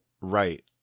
right